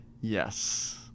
Yes